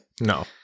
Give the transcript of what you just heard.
No